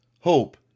hope